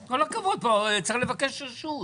עם כל הכבוד, צריך לבקש רשות.